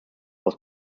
was